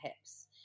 hips